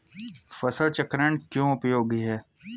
फसल चक्रण क्यों उपयोगी है?